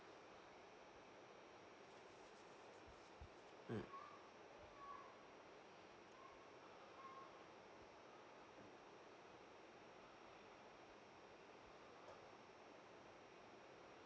mm